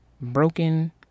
Broken